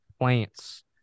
plants